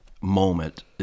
moment